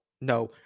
no